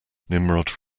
nimrod